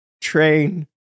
train